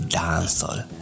dancehall